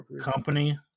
company